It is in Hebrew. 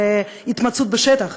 של התמצאות בשטח,